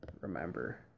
remember